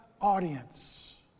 audience